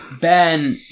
Ben